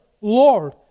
Lord